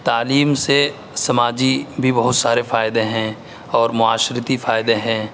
تعلیم سے سماجی بھی بہت سارے فائدے ہیں اور معاشرتی فائدے ہیں